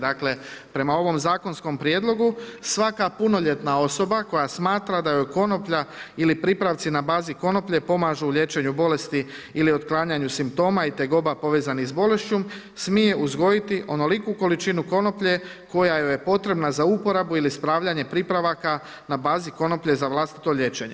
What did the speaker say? Dakle, prema ovom Zakonskom prijedlogu svaka punoljetna osoba koja smatra da joj konoplja ili pripravci na bazi konoplje pomažu u liječenju bolesti ili otklanjanju simptoma i tegoba povezanih s bolešću smije uzgojiti onoliku količinu konoplje koja joj je potrebna za uporabu ili spravljanje pripravaka na bazi konoplje za vlastito liječenje.